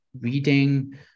reading